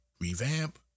revamp